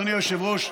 אדוני היושב-ראש,